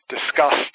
discussed